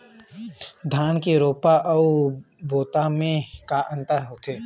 धन के रोपा अऊ बोता म का अंतर होथे?